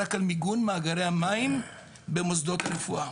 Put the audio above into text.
רק על מיגון מאגרי המים במוסדות רפואה.